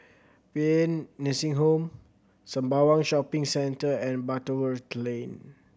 Paean Nursing Home Sembawang Shopping Centre and Butterworth Lane